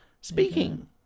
Speaking